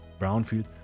brownfield